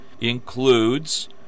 includes